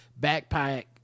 backpack